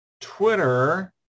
Twitter